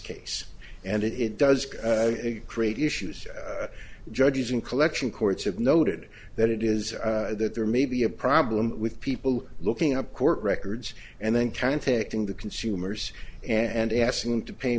case and it does create issues judges in collection courts have noted that it is that there may be a problem with people looking up court records and then contacting the consumers and asking them to pay